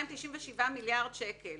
20 אלף שקל